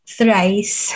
Thrice